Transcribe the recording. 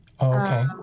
okay